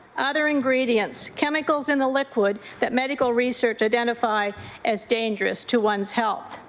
other ingredients, chemicals in the liquid that medical research identify as dangerous to one's health.